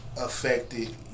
affected